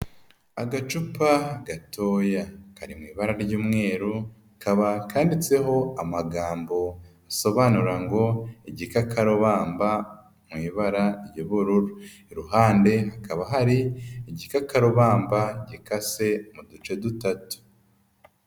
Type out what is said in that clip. Agacupa gatoya kari mu ibara ry'umweru kaba kanditseho amagambo bisobanura ngo igikakarubamba mu ibara ry'ubururu, iruhande hakaba hari igikakarubamba gikase mu duce dutatu.